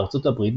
בארצות הברית,